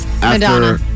Madonna